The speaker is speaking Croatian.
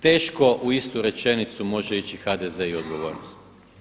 Teško u istu rečenicu može ići HDZ i odgovornost.